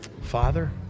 Father